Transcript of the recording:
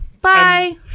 Bye